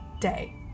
day